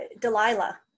Delilah